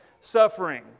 suffering